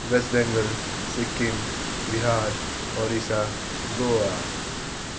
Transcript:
West Bengal Sikkim Bihar Odisha Goa